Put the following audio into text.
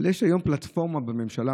אבל יש היום פלטפורמה בממשלה,